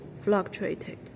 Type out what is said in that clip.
fluctuated